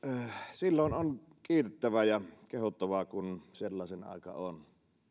silloin on kiitettävä ja kehuttava kun sellaisen aika on